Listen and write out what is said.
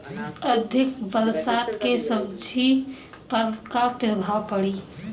अधिक बरसात के सब्जी पर का प्रभाव पड़ी?